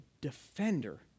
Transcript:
defender